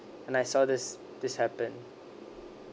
and I saw this this happen